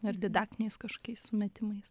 ar didaktiniais kažkokiais sumetimais